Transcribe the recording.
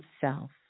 self